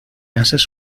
haces